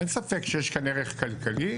אין ספק שיש כאן ערך כלכלי.